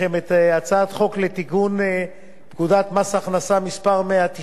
פקודת מס הכנסה (מס' 190 והוראת שעה),